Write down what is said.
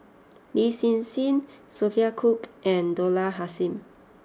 Lin Hsin Hsin Sophia Cooke and Dollah Kassim